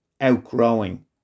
outgrowing